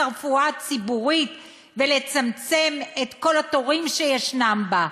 הרפואה הציבורית ולצמצם את כל התורים שיש בה.